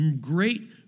great